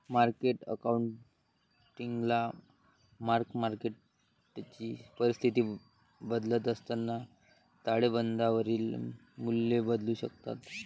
market अकाउंटिंगला mark मार्केटची परिस्थिती बदलत असताना ताळेबंदावरील मूल्ये बदलू शकतात